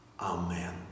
Amen